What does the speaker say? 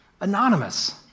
anonymous